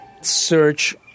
Search